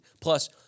Plus